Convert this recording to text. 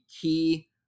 key